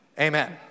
Amen